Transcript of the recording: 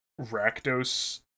rakdos